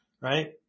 right